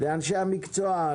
לאנשי המקצוע,